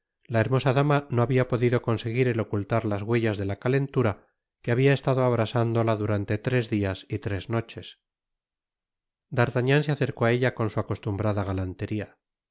la hermosa dama no habia podido conseguir el ocultar las huellas de la calentura que habia estado abrasándola durante tres dias y tres noches d'artagnan se acercó á ella con su acostumbrada galanteria